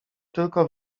tylko